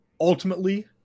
ultimately